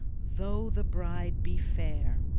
though the bride be fair!